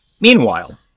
Meanwhile